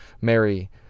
Mary